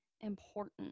important